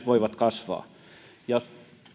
voivat kasvaa se